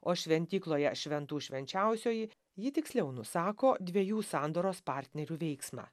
o šventykloje šventų švenčiausioji ji tiksliau nusako dviejų sandoros partnerių veiksmą